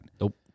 Nope